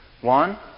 One